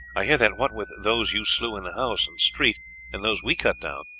i hear that, what with those you slew in the house and street and those we cut down,